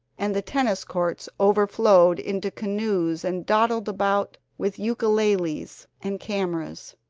and the tennis courts overflowed into canoes and dawdled about with ukeleles and cameras.